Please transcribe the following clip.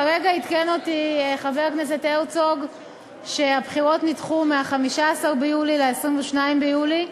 כרגע עדכן אותי חבר הכנסת הרצוג שהבחירות נדחו מ-15 ביולי ל-22 ביולי.